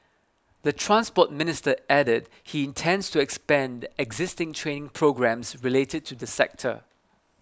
the Transport Minister added he intends to expand existing training programmes related to the sector